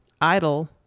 idle